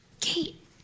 Kate